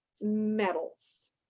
metals